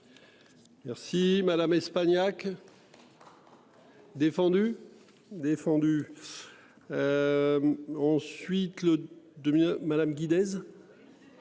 Merci Madame Espagnac. Défendu défendu. Ensuite le. Madame Guy dès.